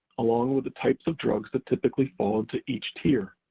along with the types of drugs that typically fall into each tier.